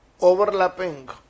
overlapping